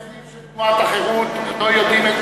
האבות המייסדים של תנועת החרות לא יודעים,